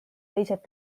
teised